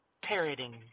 parroting